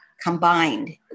combined